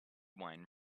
wine